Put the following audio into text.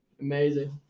amazing